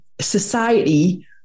society